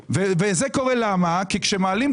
למה זה קורה?